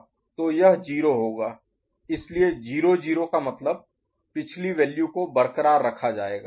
तो यह 0 होगा इसलिए 0 0 का मतलब पिछली वैल्यू को बरकरार रखा जाएगा